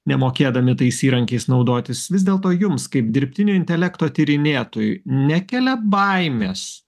nemokėdami tais įrankiais naudotis vis dėlto jums kaip dirbtinio intelekto tyrinėtojui nekelia baimės